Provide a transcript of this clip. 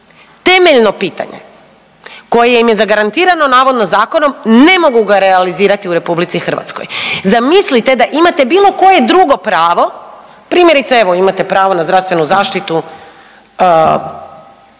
temeljno pitanje koje im je zagarantirano navodno zakonom ne mogu ga realizirati u RH. Zamislite da imate bilo koje drugo pravo, primjerice evo imate pravo na zdravstvenu zaštitu,